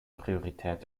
priorität